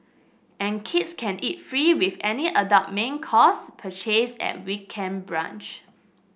and kids can eat free with any adult main course purchase at weekend brunch